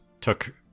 took